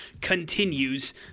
continues